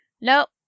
Nope